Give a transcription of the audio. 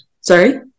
sorry